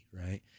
right